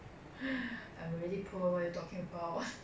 don't about it I very sad eh my friend is like broke now